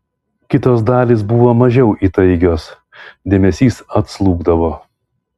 kitos dalys buvo mažiau įtaigios dėmesys atslūgdavo